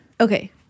okay